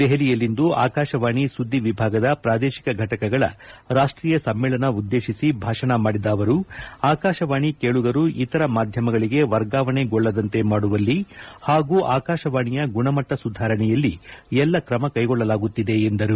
ದೆಹಲಿಯಲ್ಲಿಂದು ಆಕಾಶವಾಣಿ ಸುದ್ದಿ ವಿಭಾಗದ ಪ್ರಾದೇಶಿಕ ಘಟಕಗಳ ರಾಷ್ಷೀಯ ಸಮ್ಮೇಳನ ಉದ್ದೇಶಿಸಿ ಭಾಷಣ ಮಾಡಿದ ಅವರು ಆಕಾಶವಾಣಿ ಕೇಳುಗರು ಇತರ ಮಾಧ್ಯಮಗಳಿಗೆ ವರ್ಗಾವಣೆಗೊಳ್ಳದಂತೆ ಮಾಡುವಲ್ಲಿ ಹಾಗೂ ಆಕಾಶವಾಣಿಯ ಗುಣಮಟ್ಟ ಸುಧಾರಣೆಯಲ್ಲಿ ಎಲ್ಲ ಕ್ರಮ ಕೈಗೊಳ್ಳಲಾಗುತ್ತಿದೆ ಎಂದರು